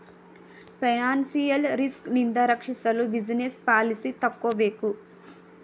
financial risk ನಿಂದ ರಕ್ಷಿಸಲು business policy ತಕ್ಕೋಬೇಕು